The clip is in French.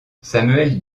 samuel